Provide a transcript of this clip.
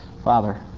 Father